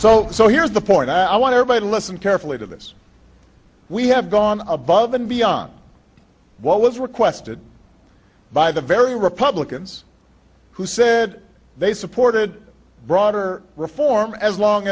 go so so here's the point i want everybody to listen carefully to this we have gone above and beyond what was requested by the very republicans who said they supported broader reform as long